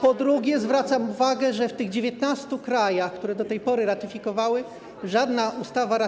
Po drugie, zwracam uwagę, że w tych 19 krajach, które do tej pory ratyfikowały, żadna ustawa